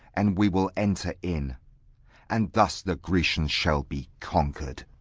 and we will enter in and thus the grecians shall be conquered.